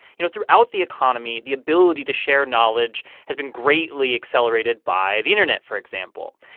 you know, throughout the economy, the ability to share knowledge has been greatly accelerated by the internet, for example.